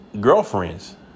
Girlfriends